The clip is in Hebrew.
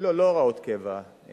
לא, לא הוראות קבע.